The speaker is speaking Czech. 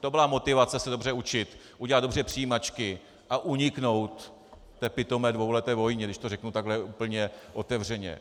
To byla motivace se dobře učit, udělat dobře přijímačky a uniknout té pitomé dvouleté vojně, když to řeknu tak úplně otevřeně.